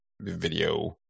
video